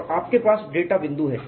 और आपके पास डेटा बिंदु है